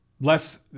less